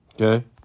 Okay